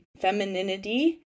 femininity